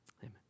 Amen